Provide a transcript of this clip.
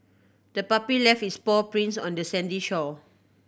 the puppy left its paw prints on the sandy shore